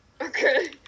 Okay